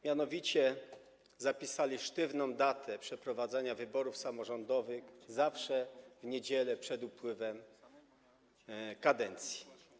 Mianowicie zapisali sztywną datę przeprowadzenia wyborów samorządowych: zawsze w niedzielę przed upływem kadencji.